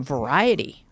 Variety